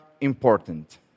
important